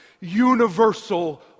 universal